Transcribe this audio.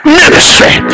ministry